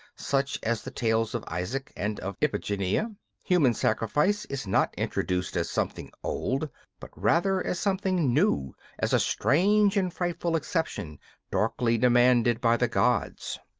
such as the tales of isaac and of iphigenia, human sacrifice is not introduced as something old but rather as something new as a strange and frightful exception darkly demanded by the gods.